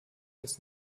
als